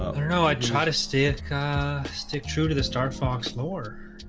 um no i try to stick ah stick true to the star fox more.